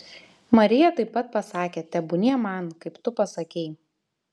marija taip pat pasakė tebūnie man kaip tu pasakei